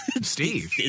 Steve